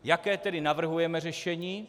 Jaké tedy navrhujeme řešení?